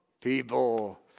people